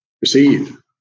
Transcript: receive